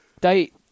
date